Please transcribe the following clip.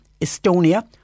Estonia